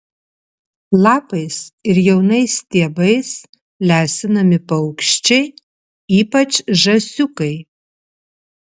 lapais ir jaunais stiebais lesinami paukščiai ypač žąsiukai